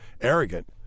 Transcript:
arrogant